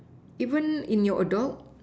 even in your adult